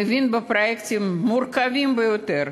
מבין בפרויקטים מורכבים ביותר,